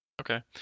Okay